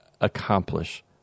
accomplish